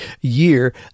year